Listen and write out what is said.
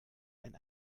ein